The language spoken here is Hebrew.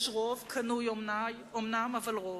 יש רוב, קנוי אומנם, אבל רוב.